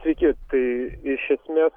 sveiki tai iš esmės